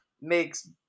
makes